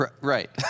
Right